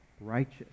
righteous